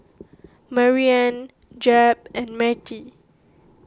Marianne Jeb and Matie